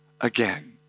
again